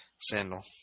sandal